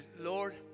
Lord